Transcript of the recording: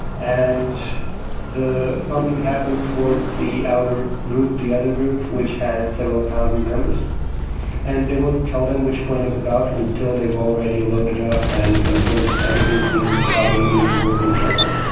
and the pumping happens towards the outer group, the other group which has several thousand members and they won't tell them which coin is about until they've already loaded up and until everything's been decided in the inner group and so on.